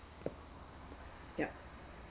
yup